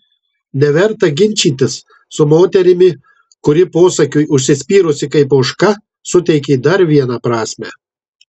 neverta ginčytis su moterimi kuri posakiui užsispyrusi kaip ožka suteikė dar vieną prasmę